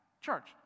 church